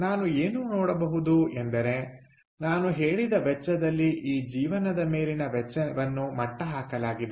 ನಾನು ಏನು ನೋಡಬಹುದು ಎಂದರೆ ನಾನು ಹೇಳಿದ ವೆಚ್ಚದಲ್ಲಿ ಈ ಜೀವನದ ಮೇಲಿನ ವೆಚ್ಚವನ್ನು ಮಟ್ಟ ಹಾಕಲಾಗಿದೆ